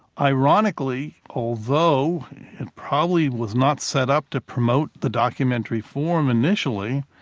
ironically, although, it probably was not set up to promote the documentary form initially,